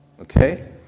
Okay